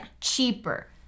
cheaper